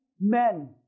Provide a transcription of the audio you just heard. men